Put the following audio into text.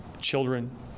children